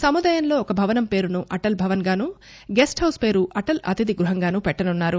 సముదాయంలో ఒక భవనం పేరును అటల్ భవన్ గానూ గెస్ట్ హౌస్ పేరు అటల్ అతిథి గృహాంగానూ పెట్టనున్నారు